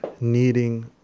needing